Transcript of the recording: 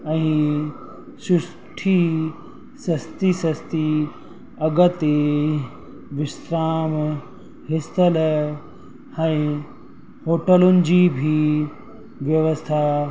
ऐं सुठी सस्ती सस्ती अॻिते विश्राम स्थल ऐं होटलुनि जी बि व्यवस्था